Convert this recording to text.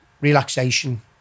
relaxation